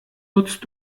nutzt